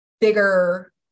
bigger